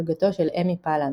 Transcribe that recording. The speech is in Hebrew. פלוגתו של אמי פלנט.